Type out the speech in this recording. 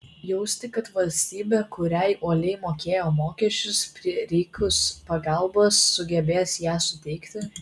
jausti kad valstybė kuriai uoliai mokėjo mokesčius prireikus pagalbos sugebės ją suteikti